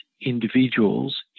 individuals